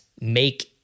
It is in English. make